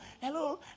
hello